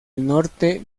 norte